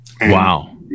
Wow